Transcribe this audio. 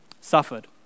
suffered